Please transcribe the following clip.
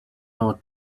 ought